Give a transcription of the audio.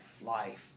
life